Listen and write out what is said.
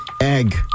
egg